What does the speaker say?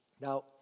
Now